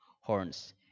horns